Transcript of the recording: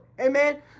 Amen